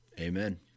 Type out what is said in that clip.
amen